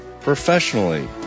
professionally